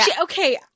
okay